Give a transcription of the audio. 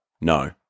No